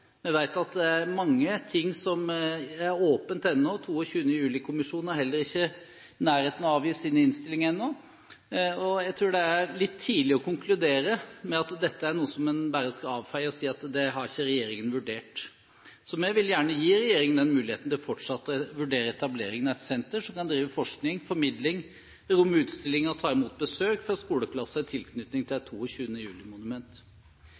det er mye som er åpent ennå. 22. juli-kommisjonen er heller ikke i nærheten av å avgi sin innstilling. Jeg tror det er litt tidlig å konkludere med at dette er noe som en bare skal avfeie, og si at dette har ikke regjeringen vurdert. Vi vil gjerne gi regjeringen mulighet til fortsatt å vurdere etableringen av et senter som kan drive forskning og formidling, romme utstillinger og ta imot besøk fra skoleklasser – i tilknytning